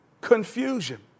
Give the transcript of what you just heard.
confusion